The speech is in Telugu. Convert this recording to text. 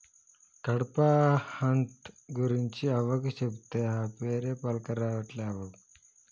కడ్పాహ్నట్ గురించి అవ్వకు చెబితే, ఆ పేరే పల్కరావట్లే అవ్వకు